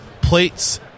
plates